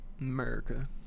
America